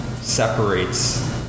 separates